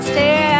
Stay